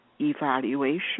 evaluation